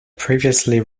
previously